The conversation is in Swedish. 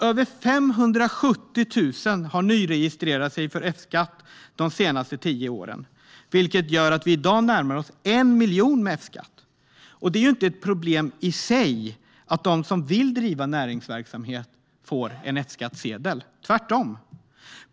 Över 570 000 har nyregistrerat sig för F-skatt de senaste tio åren, vilket gör att vi i dag närmar oss 1 miljon med F-skatt. Det är ju inte ett problem i sig att de som vill bedriva näringsverksamhet får F-skattsedel - tvärtom.